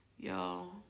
Y'all